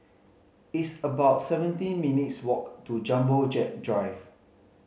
it's about seventeen minutes' walk to Jumbo Jet Drive